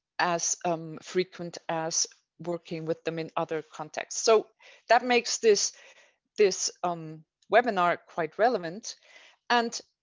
as um frequent as working with them in other contexts, so that makes this this um webinar quite relevant and.